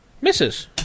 misses